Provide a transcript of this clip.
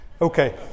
Okay